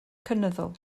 cynyddol